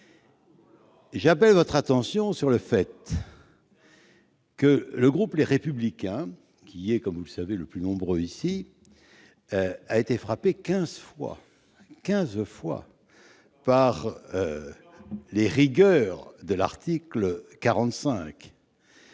J'attire votre attention sur le fait que le groupe Les Républicains, qui est, comme vous le savez, le plus important de notre assemblée, a été frappé 15 fois par les rigueurs de l'article 45,